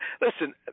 listen